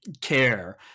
care